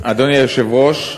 אדוני היושב-ראש,